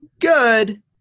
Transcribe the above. good